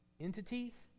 entities